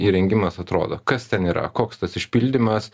įrengimas atrodo kas ten yra koks tas išpildymas